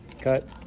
Cut